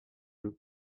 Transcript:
jeu